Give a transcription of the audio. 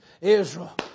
Israel